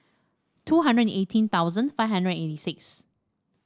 two hundred and eighteen thousand five hundred and eighty six